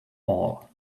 all